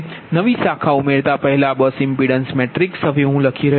નવી શાખા ઉમેરતા પહેલા બસ ઇમ્પિડન્સ મેટ્રિક્સ હવે હું લખી રહ્યો છુ